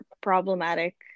problematic